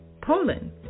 Poland